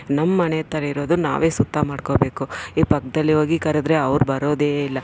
ನಮ್ಮನೆ ಹತ್ತಿರ ಇರೋದು ನಾವೇ ಸುತ್ತ ಮಾಡ್ಕೋಬೇಕು ಈ ಪಕ್ದಲ್ಲಿ ಹೋಗಿ ಕರೆದ್ರೆ ಅವ್ರು ಬರೋದೇ ಇಲ್ಲ